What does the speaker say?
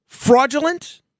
Fraudulent